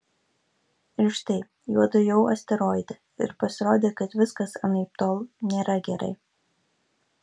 ir štai juodu jau asteroide ir pasirodė kad viskas anaiptol nėra gerai